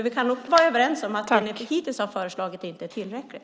Vi kan nog vara överens om att det ni hittills har föreslagit inte är tillräckligt.